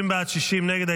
50 בעד, 60 נגד.